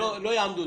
לא יעמדו,